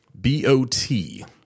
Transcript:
B-O-T